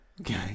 okay